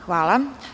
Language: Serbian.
Hvala.